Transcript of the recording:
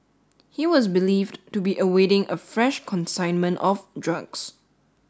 he was believed to be awaiting a fresh consignment of drugs